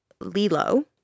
Lilo